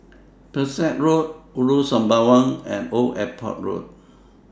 Pesek Road Ulu Sembawang and Old Airport Road